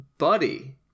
Buddy